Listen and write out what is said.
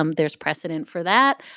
um there's precedent for that.